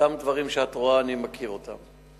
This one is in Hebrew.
אותם דברים שאת רואה, אני מכיר אותם.